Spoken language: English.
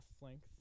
length